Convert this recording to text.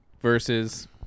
versus